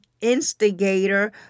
instigator